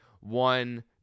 one